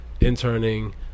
interning